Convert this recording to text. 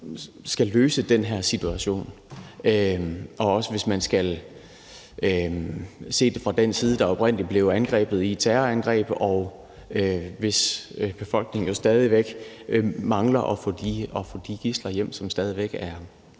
skal løse den her situation. Også hvis man skal se det fra den side, der oprindelig blev angrebet i et terrorangreb, og hvis befolkning stadig væk mangler at få de gidsler hjem, som stadig væk er